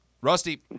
Rusty